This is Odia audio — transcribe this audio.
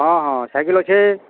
ହଁ ହଁ ସାଇକେଲ୍ ଅଛେ